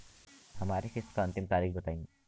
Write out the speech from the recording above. हमरे किस्त क अंतिम तारीख बताईं?